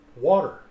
water